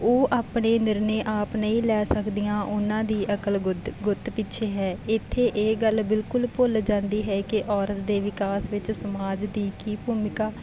ਉਹ ਆਪਣੇ ਨਿਰਣੇ ਆਪ ਨਹੀਂ ਲੈ ਸਕਦੀਆਂ ਉਹਨਾਂ ਦੀ ਅਕਲ ਗੁੱਤ ਗੁੱਤ ਪਿੱਛੇ ਹੈ ਇੱਥੇ ਇਹ ਗੱਲ ਬਿਲਕੁਲ ਭੁੱਲ ਜਾਂਦੀ ਹੈ ਕਿ ਔਰਤ ਦੇ ਵਿਕਾਸ ਵਿੱਚ ਸਮਾਜ ਦੀ ਕੀ ਭੂਮਿਕਾ